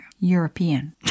european